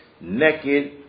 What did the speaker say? naked